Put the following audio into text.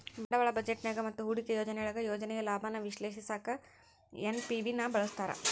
ಬಂಡವಾಳ ಬಜೆಟ್ನ್ಯಾಗ ಮತ್ತ ಹೂಡಿಕೆ ಯೋಜನೆಯೊಳಗ ಯೋಜನೆಯ ಲಾಭಾನ ವಿಶ್ಲೇಷಿಸಕ ಎನ್.ಪಿ.ವಿ ನ ಬಳಸ್ತಾರ